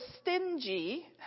stingy